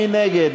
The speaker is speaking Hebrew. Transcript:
מי נגד?